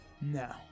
No